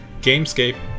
Gamescape